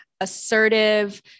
assertive